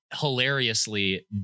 hilariously